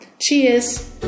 cheers